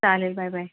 चालेल bye bye